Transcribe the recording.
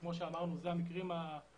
וכמו שאמרנו אלה הם המקרים החריגים,